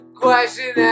question